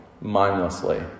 mindlessly